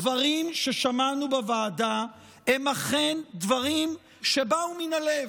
הדברים ששמענו בוועדה הם אכן דברים שבאו מן הלב.